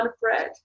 bread